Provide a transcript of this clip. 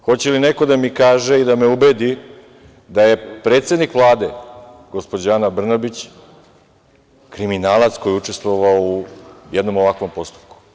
Hoće li neko da mi kaže i da me ubedi da je predsednik Vlade, gospođa Ana Brnabić, kriminalac koji je učestvovao u jednom ovakvom postupku?